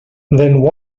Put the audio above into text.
then